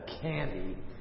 candy